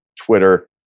Twitter